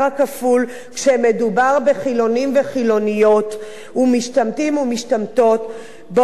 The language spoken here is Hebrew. הכפול כשמדובר בחילונים ובחילונים ובמשתמטים ומשתמטות.